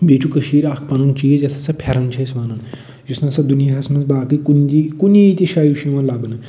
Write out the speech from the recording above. بیٚیہِ چھُ کٔشیٖرِ اکھ پنُن چیٖز یَتھ ہَسا پھٮ۪رن چھِ أسۍ وَنان یُس نَہ سا دُنیاہس منٛز باقٕے کُنجی کُنی تہِ جایہِ چھُ یِوان لبنہٕ